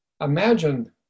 imagine